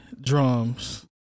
drums